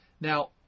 Now